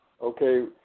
Okay